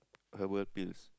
herbal pills